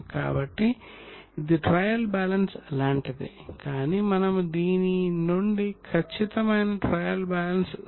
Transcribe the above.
కాబట్టి ఇది trial balance లాంటిది కాని మనము దీని నుండి ఖచ్చితమైన ట్రయల్ బ్యాలెన్స్ సిద్ధం చేస్తాము